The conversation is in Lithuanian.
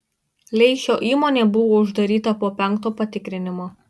leišio įmonė buvo uždaryta po penkto patikrinimo